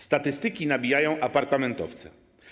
Statystyki nabijają apartamentowce.